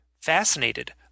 fascinated